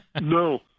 No